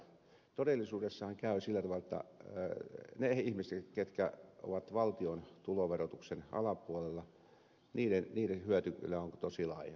todellisuudessahan käy sillä tavalla että niiden ihmisten jotka ovat valtion tuloverotuksen alapuolella hyöty kyllä on tosi laiha